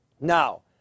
Now